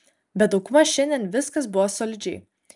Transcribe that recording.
bet daugmaž šiandien viskas buvo solidžiai